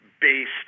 based